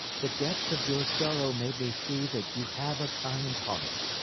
the depth of your sorrow made me see that you have a kind heart.